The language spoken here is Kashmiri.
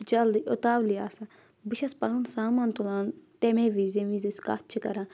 جلدٕے اُتاولی آسان بہٕ چھَس پَنُن سامان تُلان تَمے وِز ییٚمہِ وِزِ أسۍ کَتھ چھِ کَران